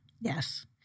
Yes